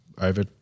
over